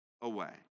away